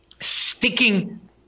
sticking